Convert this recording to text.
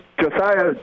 Josiah